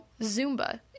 Zumba